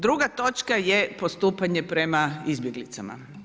Druga točka je postupanje prema izbjeglicama.